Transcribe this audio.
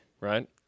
right